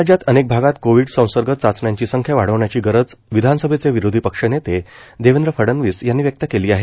राज्यात अनेक भागात कोविड संसर्ग चाचण्यांची संख्या वाढवण्याची गरज विधानसभेचे विरोधी पक्षनेते देवेंद्र फडणवीस यांनी व्यक्त केली आहे